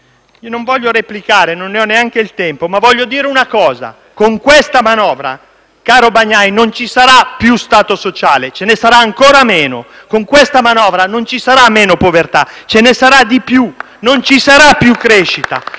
Non voglio replicare (non ne ho neanche il tempo), ma voglio dire una cosa: con questa manovra, caro Bagnai, non ci sarà più Stato sociale, ma ce ne sarà ancora meno. Con questa manovra non ci sarà meno povertà, ce ne sarà di più. Non ci sarà più crescita.